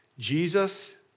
Jesus